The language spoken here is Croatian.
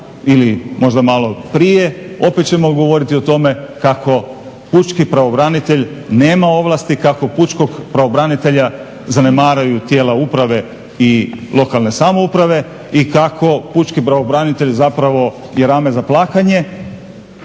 ili možda malo prije, opet ćemo govoriti o tome kako pučki pravobranitelj nema ovlasti, kako pučkog pravobranitelja zanemaruju tijela uprave i lokalne samouprave i kako pučki pravobranitelj zapravo je rame za plakanje.